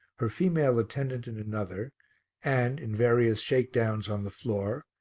her female attendant in another and, in various shakedowns on the floor,